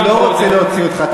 אני לא רוצה להוציא אותך.